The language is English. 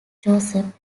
joseph